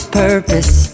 purpose